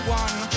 one